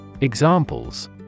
Examples